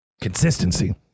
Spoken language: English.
Consistency